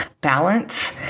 balance